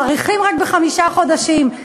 מאריכים רק בחמישה חודשים.